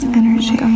energy